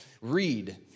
Read